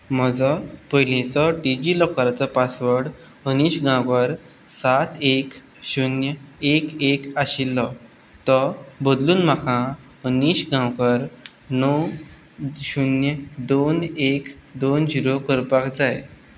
म्हजो पयलींचो D G लॉकराचो पासवर्ड अनीश गांवकर सात एक शुन्य एक एक आशिल्लो तो बदलून म्हाका अनीश गांवकर णव शुन्य दोन एक दोन जीरो करपाक जाय